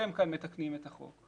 אתם כאן מתקנים את החוק,